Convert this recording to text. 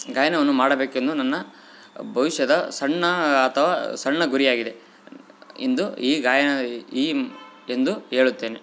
ಗಾಯನವನ್ನು ಮಾಡಬೇಕೆಂದು ನನ್ನ ಭವಿಷ್ಯದ ಸಣ್ಣ ಅಥವಾ ಸಣ್ಣ ಗುರಿಯಾಗಿದೆ ಇಂದು ಈ ಗಾಯನ ಈ ಎಂದು ಹೇಳುತ್ತೇನೆ